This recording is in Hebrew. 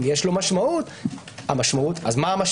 אז מהי?